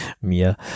Mir